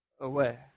away